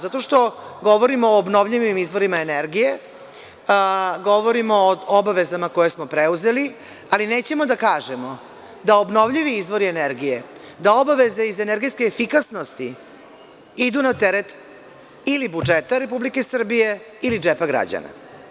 Zato što govorimo o obnovljivim izvorima energije, govorimo o obavezama koje smo preuzeli, ali nećemo da kažemo da obnovljivi izvori energije, da obaveze iz energetske efikasnosti idu na teret ili budžeta Republike Srbije ili džepa građana.